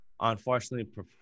Unfortunately